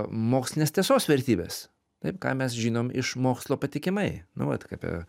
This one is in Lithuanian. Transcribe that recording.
mokslines tiesos vertybes taip ką mes žinom iš mokslo patikimai nu vat apie